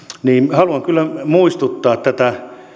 haluan kyllä muistuttaa tätä